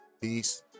Peace